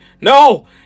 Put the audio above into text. No